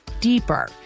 deeper